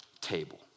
table